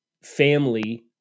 family